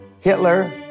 Hitler